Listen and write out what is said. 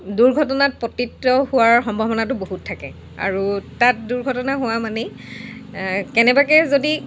দুৰ্ঘটনাত পতিত হোৱাৰ সম্ভাৱনাটো বহুত থাকে আৰু তাত দুৰ্ঘটনা হোৱা মানেই কেনেবাকৈ যদি